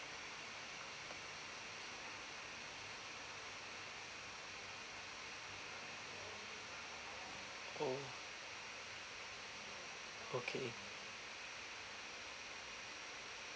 oh okay